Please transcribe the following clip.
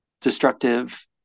destructive